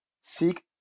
Seek